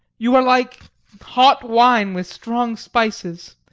you are like hot wine with strong spices,